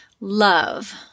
love